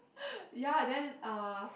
ya then uh